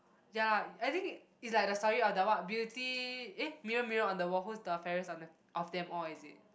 ya lah I think is like the story of the what beauty eh Mirror Mirror on the Wall who's the fairest on d~ of them all is it